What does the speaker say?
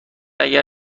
اگر